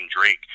Drake